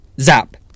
Zap